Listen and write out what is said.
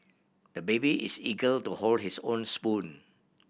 the baby is eager to hold his own spoon